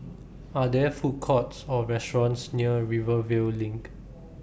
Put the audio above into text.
Are There Food Courts Or restaurants near Rivervale LINK